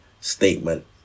statement